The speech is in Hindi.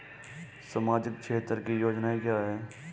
सामाजिक क्षेत्र की योजनाएं क्या हैं?